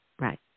Right